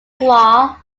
law